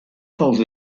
fault